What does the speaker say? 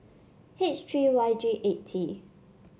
H three Y G eight T